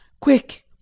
Quick